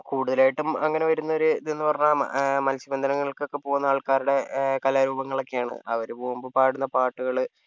കൂടുതലായിട്ടും അങ്ങനെ വരുന്നൊരു ഇതെന്ന് പറഞ്ഞു കഴിഞ്ഞാൽ മത്സ്യബന്ധനങ്ങൾക്കൊക്കെ പോകുന്ന ആൾക്കാരുടെ കലാരൂപങ്ങളൊക്കെയാണ് അവർ പോകുമ്പോൾ പാടുന്ന പാട്ടുകൾ